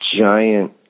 giant